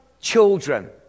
children